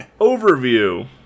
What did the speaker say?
overview